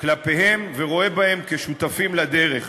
כלפיהם ורואה בהם שותפים לדרך.